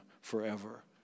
forever